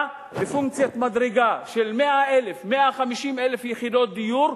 בפונקציית מדרגה של 100,000 150,000 יחידות דיור,